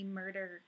murder